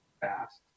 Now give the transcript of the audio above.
fast